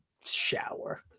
shower